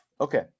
Okay